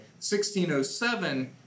1607